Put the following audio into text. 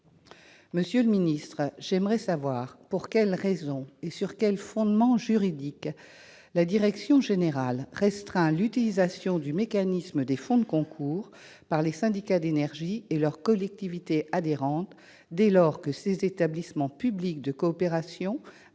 Monsieur le secrétaire d'État, j'aimerais savoir pour quelles raisons et sur quel fondement juridique la DGCL restreint l'utilisation du mécanisme des fonds de concours par les syndicats d'énergie et leurs collectivités adhérentes, dès lors que ces établissements publics de coopération interviennent